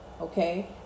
okay